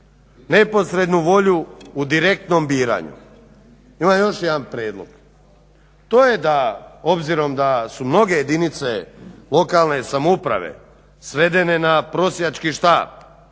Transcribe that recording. neposrednu volju u direktnom biranju. Ima još jedan prijedlog. To je da, obzirom da su mnoge jedinice lokalne samouprave svedene na prosjački štap